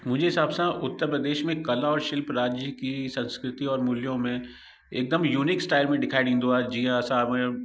मुंहिंजे हिसाब सां उत्तर प्रदेश में कला और शिल्प राज्य की संस्कृति और मूल्यो में हिकदमि यूनिक स्टाइल में ॾेखारे ईंदो आहे जीअं असां म